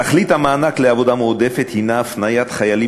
תכלית המענק לעבודה מועדפת היא הפניית חיילים